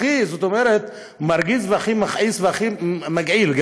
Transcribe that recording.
הכי מרגיז והכי מכעיס והכי מגעיל,